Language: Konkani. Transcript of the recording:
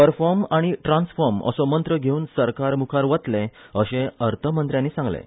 परफोम आनी ट्रान्सफॉम असो मंत्र घेवन सरकार मुखार वतलें अशें अर्थमंत्र्यानी सांगलें